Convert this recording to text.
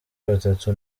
batatu